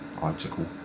article